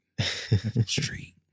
Street